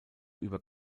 über